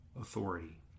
authority